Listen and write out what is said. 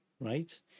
right